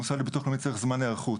המוסד לביטוח לאומי צריך זמן היערכות,